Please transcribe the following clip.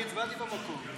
אני הצבעתי במקום.